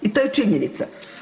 I to je činjenica.